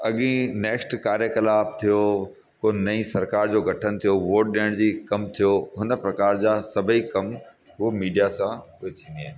अॻी next कार्यकलाप थियो को नई सरकार जो गठन थियो वोट ॾेयण जी कमु थियो हूअ प्रकार जा सभई कमु हूअ मीडिया सां हूअ थींदी आहिनि